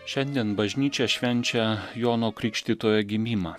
šiandien bažnyčia švenčia jono krikštytojo gimimą